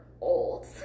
old